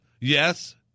Yes